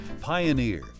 Pioneer